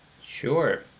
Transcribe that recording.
Sure